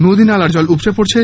নদী নালার জল উপচে পরছে